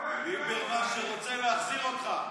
אדוני היושב-ראש, ליברמן, שרוצה להחזיר אותך,